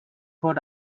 what